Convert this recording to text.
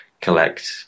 collect